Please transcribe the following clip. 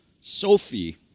Sophie